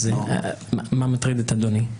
מה מטריד את אדוני?